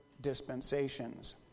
dispensations